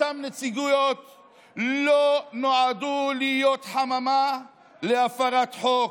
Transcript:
אותן נציגויות לא נועדו להיות חממה להפרת חוק.